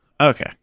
okay